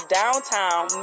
downtown